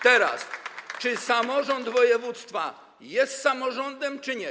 Teraz: Czy samorząd województwa jest samorządem czy nie?